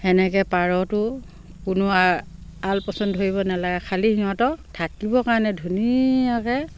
সেনেকৈ পাৰতো কোনো আলপৈচন ধৰিব নালাগে খালী সিহঁতক থাকিবৰ কাৰণে ধুনীয়াকৈ